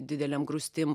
didelėm grūstim